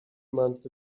months